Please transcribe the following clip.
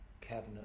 cabinet